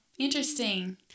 interesting